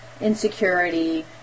insecurity